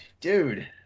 dude